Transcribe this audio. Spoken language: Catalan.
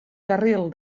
carril